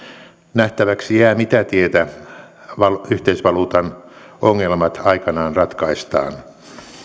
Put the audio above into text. nähtäväksi jää mitä tietä yhteisvaluutan ongelmat aikanaan ratkaistaan